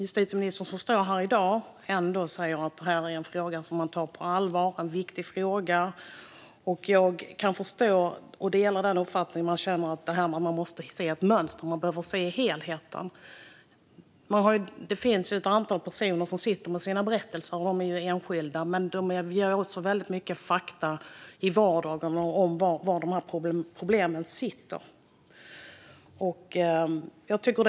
Justitieministern som står här i dag säger att det är en viktig fråga som man tar på allvar. Jag delar den uppfattningen och känner att man måste se ett mönster, att man behöver se helheten. Det finns ett antal personer som sitter på sina enskilda berättelser. De ger mycket fakta om problemen i vardagen.